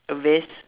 a vest